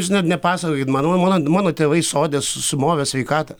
žinot nepasakokit man man man mano tėvai sode sumovė sveikatą